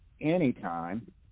anytime